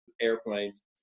airplanes